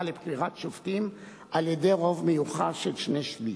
לבחירת שופטים ברוב מיוחס של שני-שלישים.